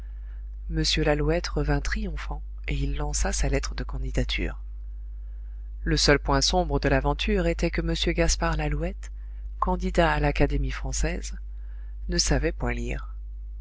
m lalouette revint triomphant et il lança sa lettre de candidature le seul point sombre de l'aventure était que m gaspard lalouette candidat à l'académie française ne savait point lire